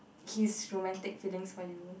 his romantic feelings for you